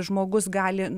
žmogus gali